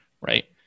right